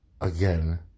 again